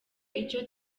icyo